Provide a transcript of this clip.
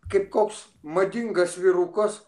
kaip koks madingas vyrukus